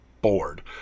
bored